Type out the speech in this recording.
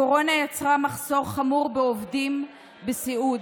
הקורונה יצרה מחסור חמור בעובדי סיעוד,